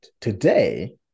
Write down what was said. Today